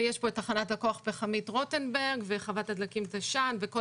ויש פה את תחנת הכוח הפחמית רוטנברג וחוות הדלקים תש"ן וכל